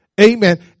Amen